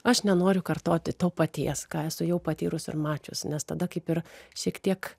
aš nenoriu kartoti to paties ką esu jau patyrus ar mačius nes tada kaip ir šiek tiek